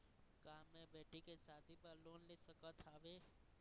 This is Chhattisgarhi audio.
का मैं बेटी के शादी बर लोन ले सकत हावे?